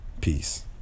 Peace